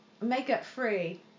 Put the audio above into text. makeup-free